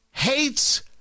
Hates